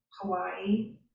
Hawaii